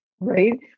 right